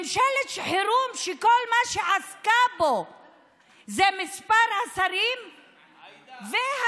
ממשלת חירום שכל מה שהיא עסקה בו זה מספר השרים והסיפוח.